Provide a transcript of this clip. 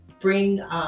Bring